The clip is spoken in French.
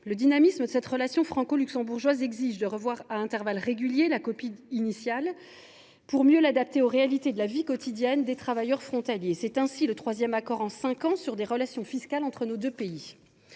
Le dynamisme de cette relation franco luxembourgeoise exige de revoir à intervalles réguliers la copie initiale, pour mieux l’adapter aux réalités de la vie quotidienne des travailleurs frontaliers. C’est ainsi le troisième accord en cinq ans sur les relations fiscales entre nos deux pays.